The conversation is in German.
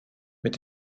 mit